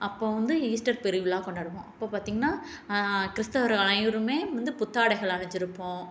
அப்போ வந்து ஈஸ்டர் பெருவிழா கொண்டாடுவோம் அப்போ பார்த்திங்ன்னா கிறிஸ்தவர்கள் அனைவரும் வந்து புத்தாடைகள் அணிஞ்சு இருப்போம்